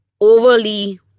overly